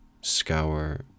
scour